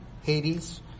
Hades